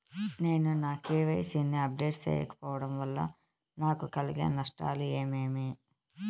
నేను నా కె.వై.సి ని అప్డేట్ సేయకపోవడం వల్ల నాకు కలిగే నష్టాలు ఏమేమీ?